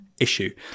issue